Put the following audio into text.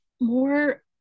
more